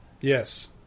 yes